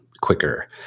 quicker